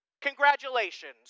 Congratulations